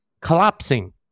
Collapsing